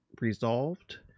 resolved